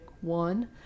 one